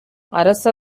அரச